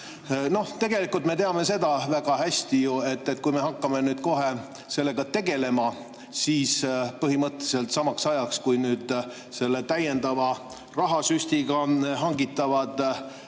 Tegelikult me teame väga hästi, et kui me hakkaksime nüüd kohe sellega tegelema, siis põhimõtteliselt samaks ajaks, kui selle täiendava rahasüstiga hangitav